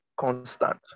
constant